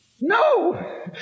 No